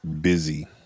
busy